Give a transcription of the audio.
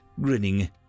grinning